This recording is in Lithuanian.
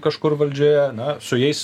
kažkur valdžioje na su jais